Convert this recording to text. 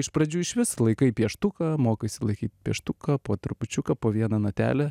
iš pradžių išvis laikai pieštuką mokaisi laikyt pieštuką po trupučiuką po vieną natelę